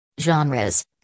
Genres